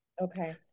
Okay